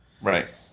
Right